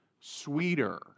sweeter